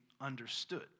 understood